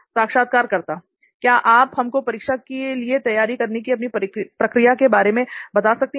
साक्षात्कारकर्ता क्या आप हमको परीक्षा के लिए तैयारी करने की अपनी प्रक्रिया के बारे में बता सकती हैं